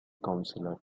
councillor